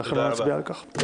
אנחנו לא נצביע על כך.